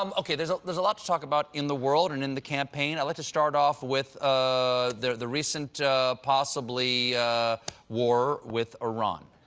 um okay. there's ah there's a lot to talk about in the world and the campaign. i'd like to start off with ah the the recent possibly war with iran.